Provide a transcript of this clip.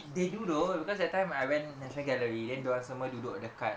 they do though because that time I went national gallery then dia orang semua duduk dekat